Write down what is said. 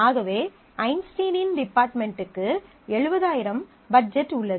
ஆகவே ஐன்ஸ்டீனின் டிபார்ட்மென்ட்க்கு 70000 பட்ஜெட் உள்ளது